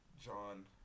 John